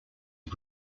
are